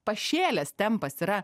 pašėlęs tempas yra